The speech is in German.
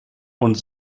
und